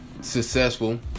Successful